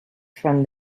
from